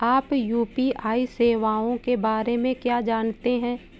आप यू.पी.आई सेवाओं के बारे में क्या जानते हैं?